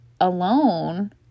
alone